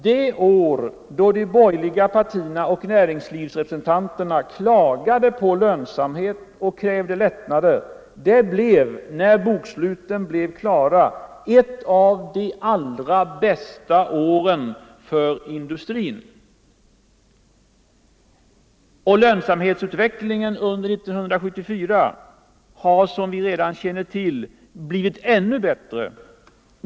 Det år då de borgerliga partierna och näringslivsrepresentanterna klagade över bristande lönsamhet och krävde lättnader blev alltså — när boksluten var klara — ett av de allra bästa åren för industrin. Och lönsamhetsutvecklingen under 1974 har, som vi redan känner till, blivit ännu bättre.